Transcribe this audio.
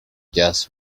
just